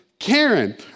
Karen